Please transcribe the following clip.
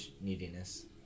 neediness